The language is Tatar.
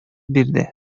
бирде